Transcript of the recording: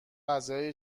غذا